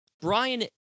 Brian